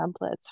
templates